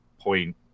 point